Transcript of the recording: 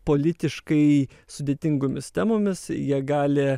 politiškai sudėtingomis temomis jie gali